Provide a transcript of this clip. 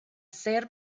ser